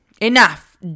Enough